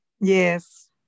yes